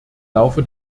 laufe